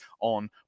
on